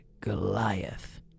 Goliath